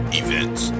events